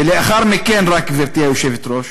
ורק לאחר מכן, גברתי היושבת-ראש,